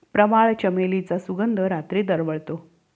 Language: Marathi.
प्रवाळ, चमेलीचा सुगंध रात्री दरवळतो